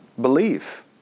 believe